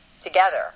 together